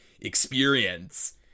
experience